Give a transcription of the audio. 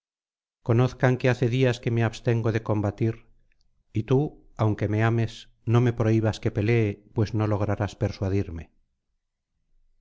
conozcan que hace días que me abstengo de combatir y tú aunque me ames no me prohibas que pelee pues no lograrás persuadirme